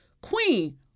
Queen